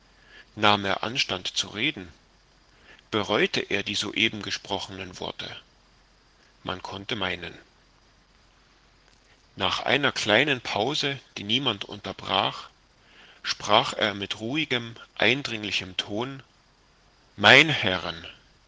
nahm er anstand zu reden bereute er die soeben gesprochenen worte man konnte meinen nach einer kleinen pause die niemand unterbrach sprach er mit ruhigem eindringlichem ton meine herren